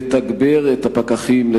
לתגבר את הפקחים,